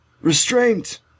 Restraint